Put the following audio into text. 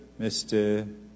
Mr